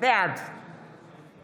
בעד